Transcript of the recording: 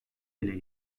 ele